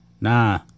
Nah